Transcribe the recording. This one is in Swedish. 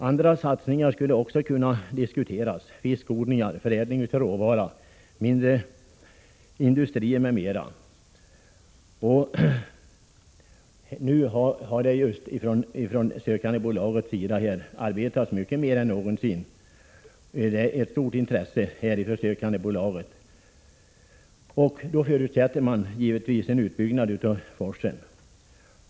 Andra satsningar borde också kunna diskuteras — fiskodlingar, förädling av råvara, mindre industrier m.m. Det finns ett stort intresse för detta från sökandebolaget. Men sådana satsningar förutsätter givetvis en utbyggnad av forsen.